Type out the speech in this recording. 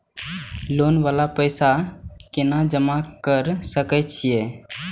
Loan वाला पैसा केना जमा कर सके छीये?